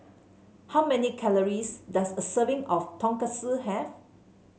how many calories does a serving of Tonkatsu have